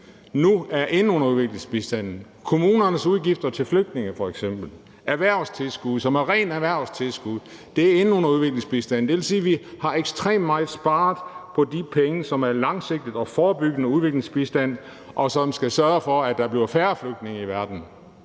nu er inde under udviklingsbistanden. Kommunernes udgifter til flygtninge f.eks., erhvervstilskud, som er rene erhvervstilskud, er inde under udviklingsbistanden. Det vil sige, at vi har sparet ekstremt meget på de penge, der skulle gå til den langsigtede og forebyggende bistand, som skal sørge for, at der bliver færre flygtninge i verden.